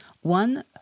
One